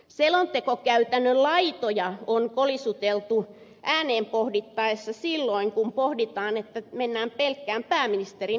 selontekokäytännön laitoja on kolisuteltu silloin kun pohditaan ääneen mennäänkö pelkkään pääministerin ilmoitukseen